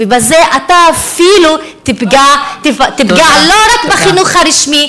ובזה אתה אפילו תפגע לא רק בחינוך הלא-רשמי,